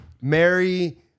Mary